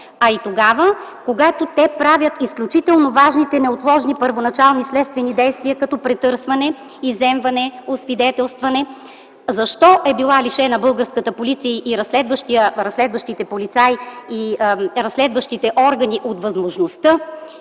а и тогава, когато те правят изключително важните неотложни първоначални следствени действия като претърсване, изземване, освидетелстване. Защо са били лишени българската полиция, разследващите полицаи и разследващите органи от възможността